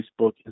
Facebook